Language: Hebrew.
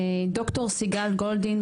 ד"ר סיגל גולדין,